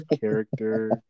character